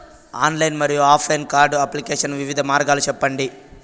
Online మరియు offline card application వివిధ మార్గాలు సెప్పండి?